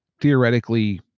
theoretically